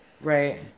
right